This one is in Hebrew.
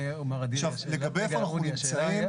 אני